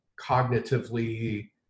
cognitively